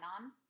on